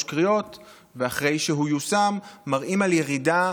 קריאות ואחרי שהוא יושם מראים על ירידה